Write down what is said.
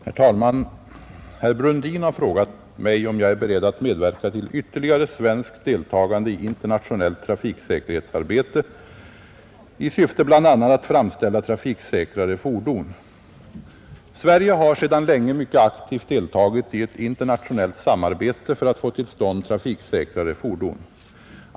Herr talman! Herr Brundin har frågat mig om jag är beredd att medverka till ytterligare svenskt deltagande i internationellt trafiksäkerhetsarbete, i syfte bl.a. att framställa trafiksäkrare fordon. Sverige har sedan länge mycket aktivt deltagit i ett internationellt samarbete för att få till stånd trafiksäkrare fordon.